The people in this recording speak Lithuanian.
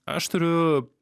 aš turiu